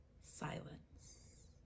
silence